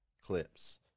clips